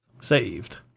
Saved